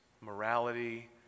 morality